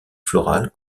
floral